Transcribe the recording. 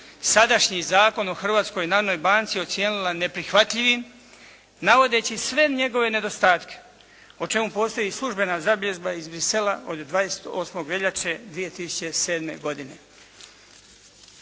sadašnji Zakon o Hrvatskoj narodnoj banci ocijenila neprihvatljivim navodeći sve njegove nedostatke o čemu postoji službena zabilježba iz Bruxellesa od 28. veljače 2007. godine.